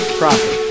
profit